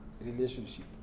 relationship